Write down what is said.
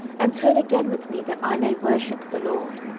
and turn again with me, that i may worship the lord.